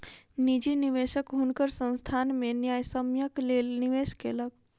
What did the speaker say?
निजी निवेशक हुनकर संस्थान में न्यायसम्यक लेल निवेश केलक